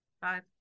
Five